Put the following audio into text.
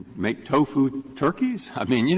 make tofu turkeys. i mean, you